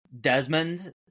Desmond